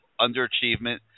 underachievement